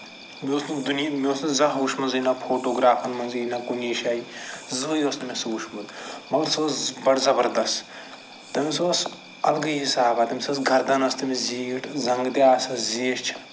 مےٚ اوس نہٕ دُنۍیِہُک مےٚ اوس نہٕ زانٛہہ وُچھمُت فوٹوٗ گرٛافن منٛز نہَ کُنہِ شایہِ زٕنٛہےٕ اوس نہٕ مےٚ سُہ وُچھمُت مگر سُہ اوس بَڈٕ زَبردس تٔمِس اوس اَلگٕے حِسابا تٔمِس ٲسۍ گردن ٲسۍ تٔمِس زیٖٹھ زَنٛگہٕ تہِ آسَس زیٖچھِ